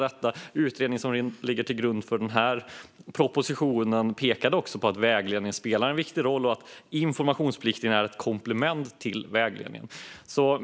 Den utredning som ligger till grund för den här propositionen pekar också på att vägledningen spelar en viktig roll och att informationsplikten är ett komplement till vägledningen.